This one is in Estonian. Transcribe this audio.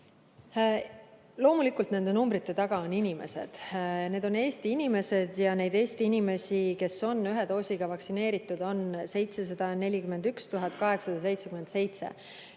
Loomulikult, nende numbrite taga on inimesed, need on Eesti inimesed ja neid Eesti inimesi, kes on ühe doosiga vaktsineeritud, on 741 877.